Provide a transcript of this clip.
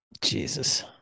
Jesus